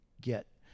get